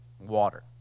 water